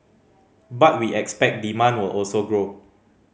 but we expect demand will also grow